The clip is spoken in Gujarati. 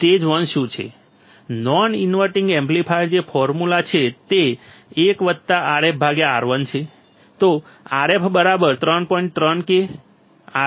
સ્ટેજ વન શું છે નોન ઇન્વર્ટીંગ એમ્પ્લીફાયર જે ફોર્મ્યુલા છે તે 1 Rf R1 છે